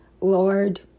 Lord